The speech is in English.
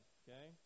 okay